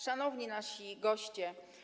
Szanowni Nasi Goście!